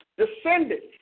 Descended